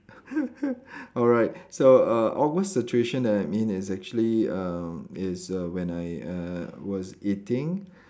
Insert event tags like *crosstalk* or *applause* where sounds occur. *laughs* alright so err awkward situation that I'm in is actually uh is err when I uh was eating